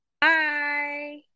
Bye